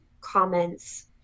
comments